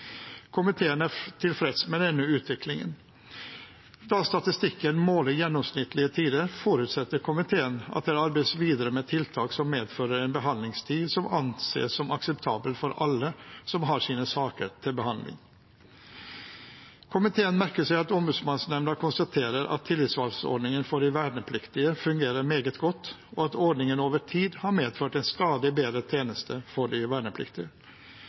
Komiteen er tilfreds med denne utviklingen. Da statistikken måler gjennomsnittlige tider, forutsetter komiteen at det arbeides videre med tiltak som medfører en behandlingstid som anses som akseptabel for alle som har sine saker til behandling. Komiteen merker seg at Ombudsmannsnemnda konstaterer at tillitsvalgtordningen for de vernepliktige fungerer meget godt, og at ordningen over tid har medført en stadig bedre tjeneste for de vernepliktige.